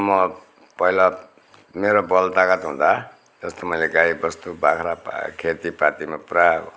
म पहिला मेरो बल तागत हुँदा तेस्तो मैले गाईबस्तु बाख्रा पा खेतीपातीमा पुरा